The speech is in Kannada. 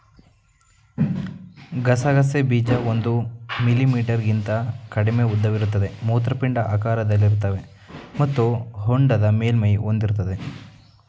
ಗಸಗಸೆ ಬೀಜ ಒಂದು ಮಿಲಿಮೀಟರ್ಗಿಂತ ಕಡಿಮೆ ಉದ್ದವಿರುತ್ತವೆ ಮೂತ್ರಪಿಂಡ ಆಕಾರದಲ್ಲಿರ್ತವೆ ಮತ್ತು ಹೊಂಡದ ಮೇಲ್ಮೈ ಹೊಂದಿರ್ತವೆ